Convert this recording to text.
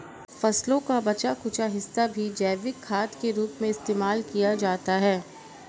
फसलों का बचा कूचा हिस्सा भी जैविक खाद के रूप में इस्तेमाल किया जाता है